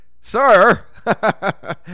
Sir